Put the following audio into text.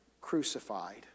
crucified